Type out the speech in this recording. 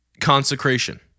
consecration